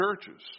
churches